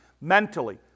mentally